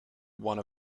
one